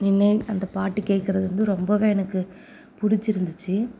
நின்று அந்த பாட்டு கேட்கறது வந்து ரொம்பவே எனக்கு பிடிச்சிருந்துச்சு